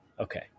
Okay